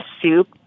soup